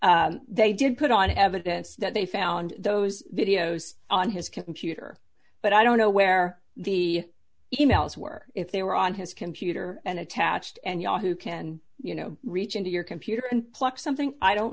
they did put on evidence that they found those videos on his computer but i don't know where the e mails were if they were on his computer and attached and yahoo can you know reach into your computer can pluck something i don't